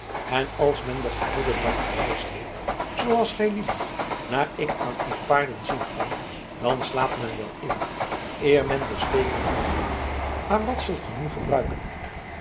en als men den geheelen dag gereisd heeft zooals gijlieden naar ik aan uw paarden zien kan dan slaapt men wel in eer men de steken voelt maar wat zult ge nu gebruiken